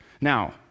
Now